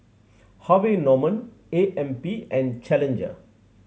Harvey Norman A M P and Challenger